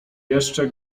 jeszcze